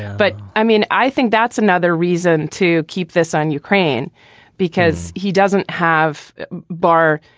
but i mean, i think that's another reason to keep this on ukraine because he doesn't have bar.